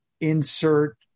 insert